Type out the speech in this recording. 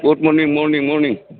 good morning morning morning